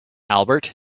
albert